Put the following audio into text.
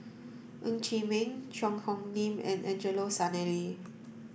Ng Chee Meng Cheang Hong Lim and Angelo Sanelli